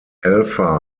alpha